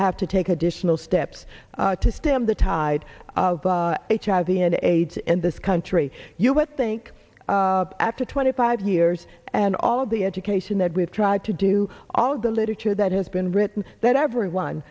have to take additional steps to stem the tide of hiv the end aids in this country you would think after twenty five years and all the education that we've tried to do all the literature that has been written that everyone